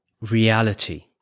reality